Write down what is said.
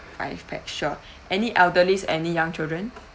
five pax sure any elderlies any young children